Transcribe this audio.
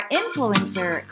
influencer